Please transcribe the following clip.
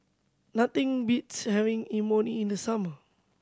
nothing beats having Imoni in the summer